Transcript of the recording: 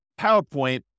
PowerPoint